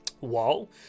wall